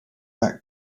back